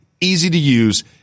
easy-to-use